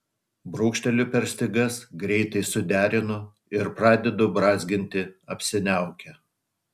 brūkšteliu per stygas greitai suderinu ir pradedu brązginti apsiniaukę